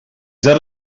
that